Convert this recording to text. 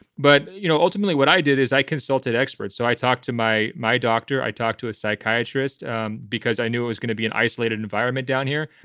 but, you know, ultimately what i did is i consulted experts. so i talked to my my doctor, i talked to a psychiatrist um because i knew i was going to be an isolated environment down here.